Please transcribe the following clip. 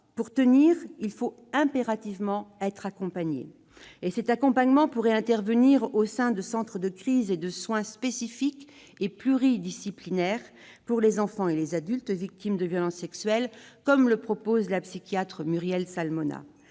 Pour tenir, il faut impérativement être accompagné. Cet accompagnement pourrait être assuré au sein de centres de crise et de soin spécifiques et pluridisciplinaires pour les enfants et les adultes victimes de violences sexuelles, comme le propose la psychiatre Muriel Salmona